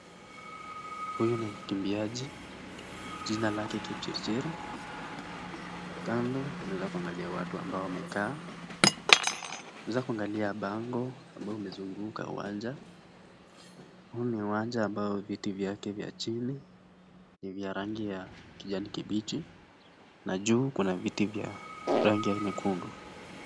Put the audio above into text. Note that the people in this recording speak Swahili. Huyu ni mkimbiaji, jina lake Kipchirchir, kando naweza kuangalia watu ambao wamekaa. Naweza kuangalia bango ambalo umezunguka uwanja. Huu ni uwanja ambao viti vyake vya chini ni vya rangi ya kijani kibichi, na juu kuna viti vya rangi ya nyekundu.